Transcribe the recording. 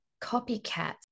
copycats